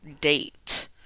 date